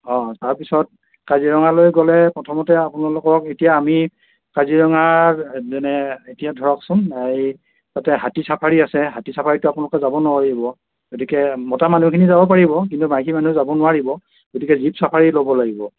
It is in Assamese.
অ' তাৰপিছত কাজিৰঙালৈ গ'লে প্ৰথমতে আপোনালোকক এতিয়া আমি কাজিৰঙা যেনে এতিয়া ধৰকচোন তাতে হাতী চাফাৰী আছে হাতী চাফাৰীতো আপোনালোকে যাব নোৱাৰিব গতিকে মতা মানুহখিনি যাব পাৰিব কিন্তু মাইকী মানুহ যাব নোৱাৰিব গতিকে জীপ চাফাৰী ল'ব লাগিব